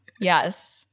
Yes